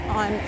on